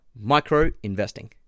Micro-Investing